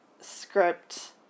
script